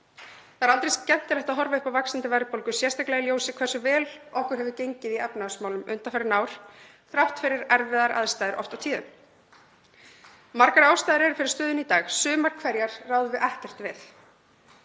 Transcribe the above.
Það er aldrei skemmtilegt að horfa upp á vaxandi verðbólgu, sérstaklega í ljósi þess hversu vel okkur hefur gengið í efnahagsmálum undanfarin ár þrátt fyrir oft á tíðum erfiðar aðstæður. Margar ástæður eru fyrir stöðunni í dag. Sumar hverjar ráðum við ekkert við.